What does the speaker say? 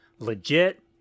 legit